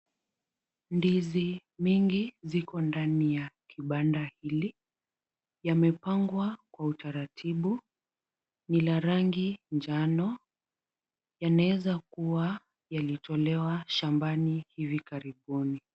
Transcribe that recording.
Ndizi mingi ziko ndani ya kibanda hili. Yamepangwa kwa utaratibu. Ni la rangi njano. Yanaweza kuwa yalitolewa shambani hivi karibuni.